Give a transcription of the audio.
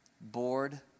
bored